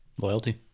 loyalty